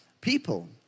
people